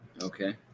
okay